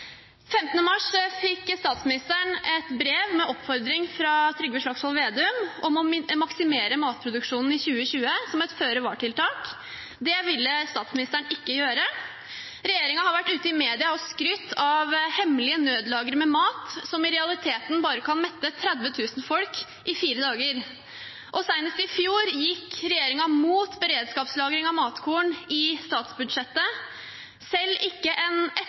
mars fikk statsministeren et brev med oppfordring fra Trygve Slagsvold Vedum om å maksimere matproduksjonen i 2020, som et føre-var-tiltak. Det ville statsministeren ikke gjøre. Regjeringen har vært ute i media og skrytt av hemmelige nødlagre med mat, som i realiteten bare kan mette 30 000 mennesker i fire dager. Senest i statsbudsjettet i fjor gikk regjeringen mot beredskapslagring av matkorn. Selv ikke etter den omfattende krisen vi står i